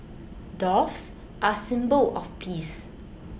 doves are symbol of peace